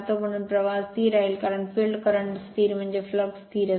म्हणून प्रवाह स्थिर राहील कारण फिल्ड करंट स्थिर म्हणजे फ्लक्स स्थिर असतो